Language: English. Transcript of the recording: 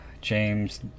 James